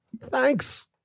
Thanks